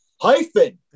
hyphen